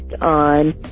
on